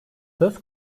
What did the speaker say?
söz